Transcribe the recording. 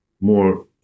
more